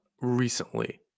recently